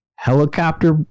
Helicopter